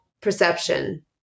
perception